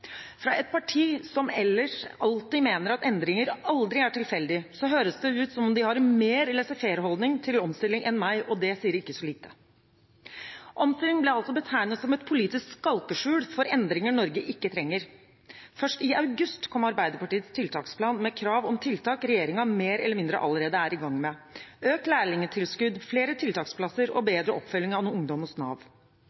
Fra et parti som ellers alltid mener at endringer aldri er tilfeldig, høres det ut som om de har en sterkere laissez-faire-holdning til omstilling enn meg – og det sier ikke så lite. Omstilling ble altså betegnet som et politisk skalkeskjul for endringer Norge ikke trenger. Først i august kom Arbeiderpartiets tiltaksplan med krav om tiltak regjeringen mer eller mindre allerede er i gang med: økt lærlingtilskudd, flere tiltaksplasser og bedre oppfølging av ungdom hos Nav.